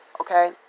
okay